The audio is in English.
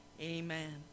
Amen